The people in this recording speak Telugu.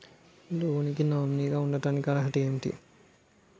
లోన్ కి నామినీ గా ఉండటానికి అర్హత ఏమిటి?